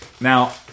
Now